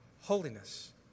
holiness